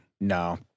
No